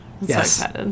Yes